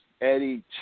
Eddie